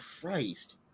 Christ